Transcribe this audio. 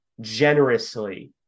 generously